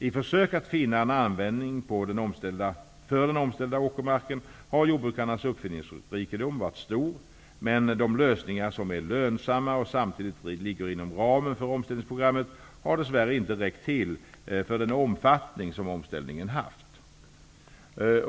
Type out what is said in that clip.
I försök att finna en användning för den omställda åkermarken har jordbrukarnas uppfinningsrikedom varit stor, men de lösningar som är lönsamma och samtidigt ligger inom ramen för omställningsprogrammet har dess värre inte räckt till för den omfattning som omställningen haft.